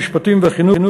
המשפטים והחינוך,